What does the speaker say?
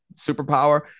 superpower